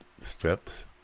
Steps